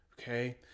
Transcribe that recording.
Okay